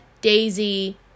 Daisy